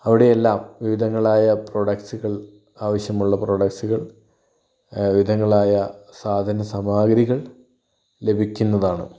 അവിടെ എല്ലാം വിവിധങ്ങളായ പ്രോഡക്ടസുകൾ ആവശ്യമുള്ള പ്രോഡക്ടസുകൾ വിവിധങ്ങളായ സാധനസാമാഗിരികൾ ലഭിക്കുന്നതാണ്